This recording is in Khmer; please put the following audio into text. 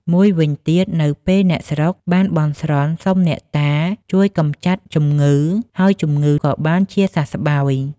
មួយវិញទៀតនៅពេលអ្នកស្រុកបានបន់ស្រន់សុំអ្នកតាជួយកម្ចាត់ជំងឺ ហើយជំងឺក៏បានជាសះស្បើយ